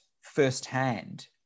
firsthand